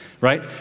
right